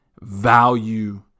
value